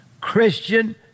Christian